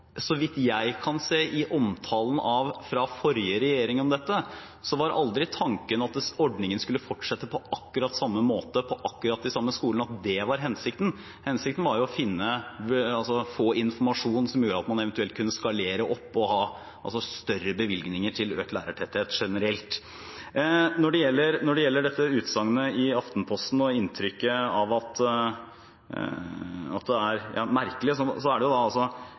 så vidt jeg kan se av omtalen fra forrige regjering om dette, var aldri tanken at ordningen skulle fortsette på akkurat samme måte på akkurat de samme skolene – at det var hensikten. Hensikten var å få informasjon som gjorde at man eventuelt kunne skalere opp og ha større bevilgninger til økt lærertetthet generelt. Når det gjelder dette utsagnet i Aftenposten og inntrykket av at det er merkelig, ville det vært rart å forsøke å gi et galt inntrykk når Stortinget i oktober 2014, altså